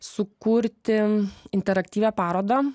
sukurti interaktyvią parodą